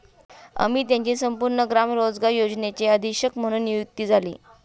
अमित यांची संपूर्ण ग्राम रोजगार योजनेचे अधीक्षक म्हणून नियुक्ती झाली